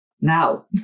Now